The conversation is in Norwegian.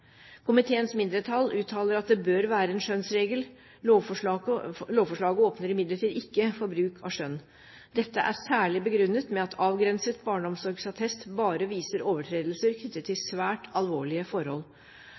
Komiteens mindretall uttaler at det bør være en skjønnsregel. Lovforslaget åpner imidlertid ikke for bruk av skjønn. Dette er særlig begrunnet med at avgrenset barneomsorgsattest bare viser overtredelser knyttet til svært alvorlige forhold.